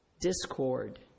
discord